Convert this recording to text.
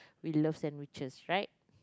we love sandwiches right